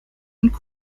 und